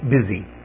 busy